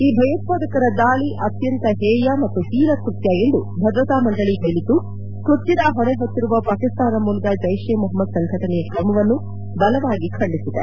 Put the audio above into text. ಈ ಭಯೋತ್ವಾದಕರ ದಾಳಿ ಅತ್ಯಂತ ಹೇಯ ಹಾಗೂ ಹೀನಕೃತ್ಯ ಎಂದು ಭದ್ರತಾ ಮಂಡಳಿ ಹೇಳಿದ್ದು ಕೃತ್ಯದ ಹೊಣೆ ಹೊತ್ತಿರುವ ಪಾಕಿಸ್ತಾನ ಮೂಲದ ಜೈಡ್ ಎ ಮೊಹಮದ್ ಸಂಘಟನೆಯ ಕ್ರಮವನ್ನು ಬಲವಾಗಿ ಖಂಡಿಸಿದೆ